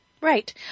Right